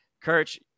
Kirsch